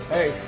Hey